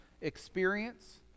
experience